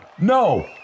No